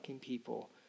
people